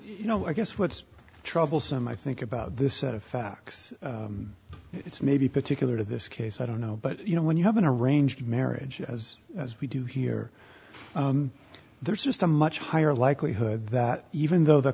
you know i guess what's troublesome i think about this set of facts it's maybe particular to this case i don't know but you know when you have an arranged marriage as as we do here there's just a much higher likelihood that even though the